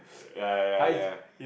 ya ya ya ya